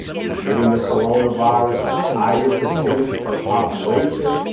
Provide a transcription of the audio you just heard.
we're getting the corona virus on a higher percentage per population.